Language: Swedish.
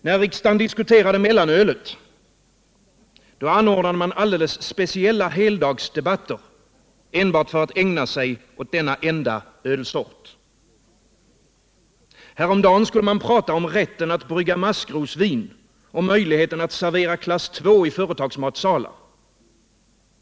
När riksdagen diskuterade mellanölet — då anordnade man alldeles speciella heldagsdebatter enbart för att ägna sig åt denna enda ölsort. Häromdagen skulle man prata om rätten att brygga maskrosvin och möjligheten att servera klass II i företagsmatsalar.